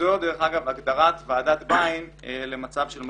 ודרך אגב, זאת הגדרת ועדת ביין למצב של משבר.